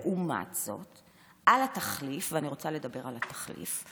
לעומת זאת, על התחליף, ואני רוצה לדבר על התחליף: